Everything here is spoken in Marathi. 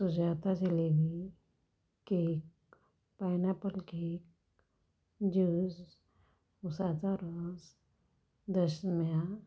Sujata jalebi cake pineapple cake juice उसाचा रस दशम्या